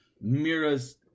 Mira's